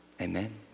Amen